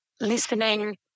listening